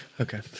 Okay